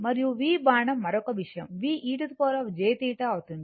మరియు V బాణం మరొక విషయం V e jθ అవుతుంది